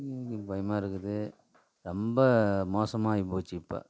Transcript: பயமாக இருக்குது ரொம்ப மோசமாய் போச்சு இப்போ